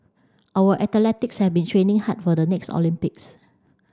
our athletics have been training hard for the next Olympics